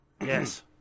yes